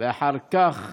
ואחר כך